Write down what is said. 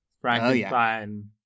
Frankenstein